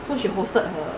so she hosted her